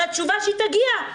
על התשובה שתגיע.